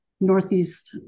Northeast